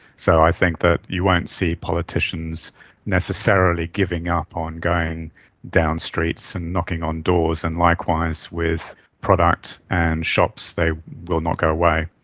so i think that you won't see politicians necessarily giving up on going down streets and knocking on doors, and likewise with product and shops, they will not go away.